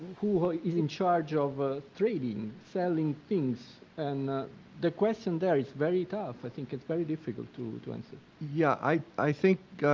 who who is in charge of ah trading, selling things. and the question there it's very tough, i think, it's very difficult to to answer. yeah, i i think,